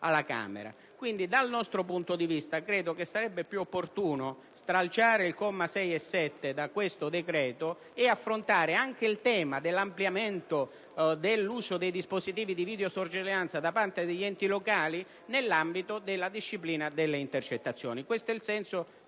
alla Camera. Dunque, ritengo sarebbe più opportuno stralciare i commi 7 e 8 e affrontare anche il tema dell'ampliamento dell'uso dei dispositivi di videosorveglianza da parte degli enti locali nell'ambito della disciplina delle intercettazioni. Questo è il senso